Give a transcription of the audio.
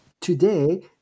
today